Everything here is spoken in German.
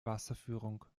wasserführung